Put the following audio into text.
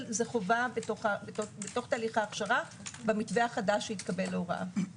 אבל זה חובה בתהליך ההכשרה במתווה החדש שהתקבל להוראה.